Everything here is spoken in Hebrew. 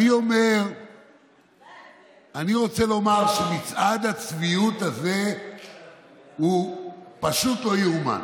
אני רוצה לומר שמצעד הצביעות הזה הוא פשוט לא ייאמן.